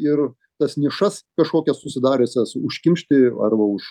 ir tas nišas kažkokias susidariusias užkimšti arba už